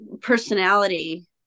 personality